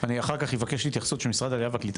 אני אחר כך אבקש התייחסות של משרד העלייה והקליטה